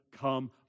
come